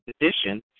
edition